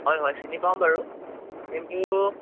হয় হয় চিনি পাওঁ বাৰু কিন্তু